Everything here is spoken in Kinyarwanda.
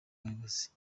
bayobozi